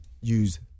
use